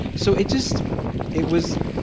so it just it was